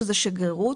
שזה שגרירות,